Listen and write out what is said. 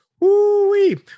Woo-wee